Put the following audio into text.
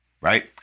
right